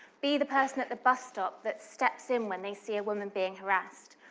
be the person at the bus stop that steps in when they see a woman being harassed.